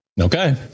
Okay